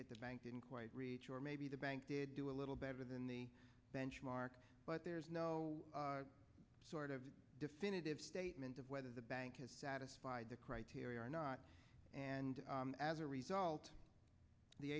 it the bank didn't quite reach or maybe the bank did do a little better than the benchmark but there's no sort of definitive statement of whether the bank has satisfied the criteria or not and as a result the